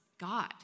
God